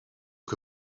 que